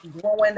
growing